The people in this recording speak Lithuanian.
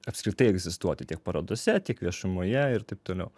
apskritai egzistuoti tiek parodose tiek viešumoje ir taip toliau